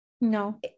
No